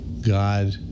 God